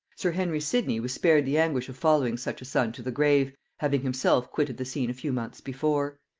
sir henry sidney was spared the anguish of following such a son to the grave, having himself quitted the scene a few months before.